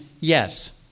yes